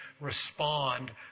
respond